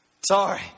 sorry